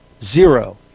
zero